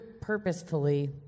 purposefully